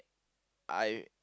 I